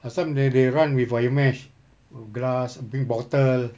last time they they run with wire mesh glass big bottle